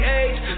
age